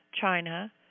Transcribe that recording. China